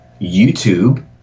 YouTube